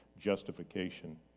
justification